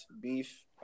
beef